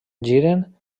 giren